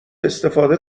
استفاده